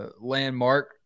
landmark